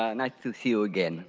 nice to see you again.